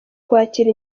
kwakira